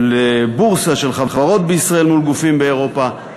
של בורסה, של חברות בישראל, מול גופים באירופה.